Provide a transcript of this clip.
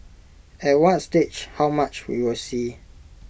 at what stage how much we will see